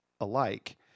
alike